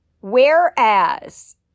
Whereas